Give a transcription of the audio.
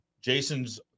jason's